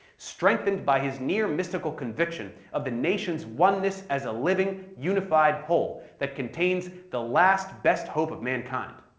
strengthened by his near mystical conviction of the nation's oneness as a living, unified whole that contains the last, best hope of mankind.